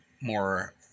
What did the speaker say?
more